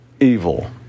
evil